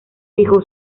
fijó